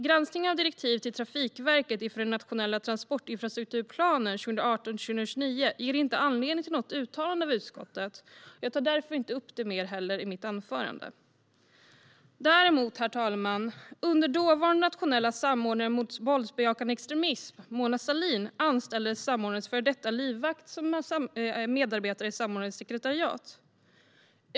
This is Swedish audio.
Granskningen av direktiv till Trafikverket inför den nationella transportinfrastrukturplanen 2018-2029 ger inte anledning till något uttalande av utskottet, och jag tar därför heller inte upp det mer i mitt anförande. Herr talman! Under den tid då Mona Sahlin var nationell samordnare mot våldsbejakande extremism anställdes hennes före detta livvakt som medarbetare i samordnarens sekretariat.